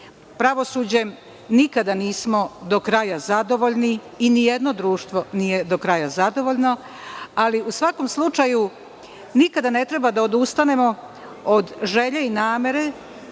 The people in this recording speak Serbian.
Pravosuđem nikada nismo do kraja zadovoljni i nijedno društvo nije do kraja zadovoljno, ali u svakom slučaju, nikada ne treba da odustanemo od želje i namere